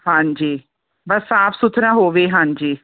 ਹਾਂਜੀ ਬਸ ਸਾਫ਼ ਸੁਥਰਾ ਹੋਵੇ ਹਾਂਜੀ